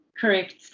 correct